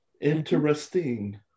Interesting